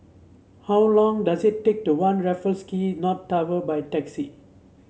how long does it take to One Raffles Key North Tower by taxi